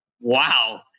Wow